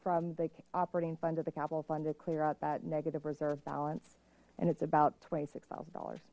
from the operating fund of the capital fund to clear out that negative reserve balance and it's about twenty six thousand dollars